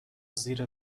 زیر